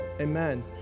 Amen